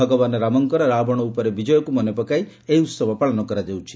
ଭଗବାନ୍ ରାମଙ୍କର ରାବଣ ଉପରେ ବିଜୟକୁ ମାନେପକାଇ ଏହି ଉହବ ପାଳନ କରାଯାଉଛି